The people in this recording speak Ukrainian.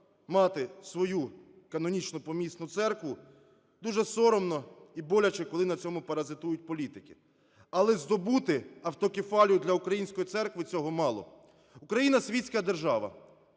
мати свою канонічну помісну церкву, дуже соромно і боляче, коли на цьому паразитують політики. Але здобути автокефалію для української церкви - цього мало. Україна – світська держава